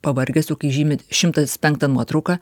pavargęs jau kai žymi šimtas penktą nuotrauką